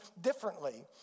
differently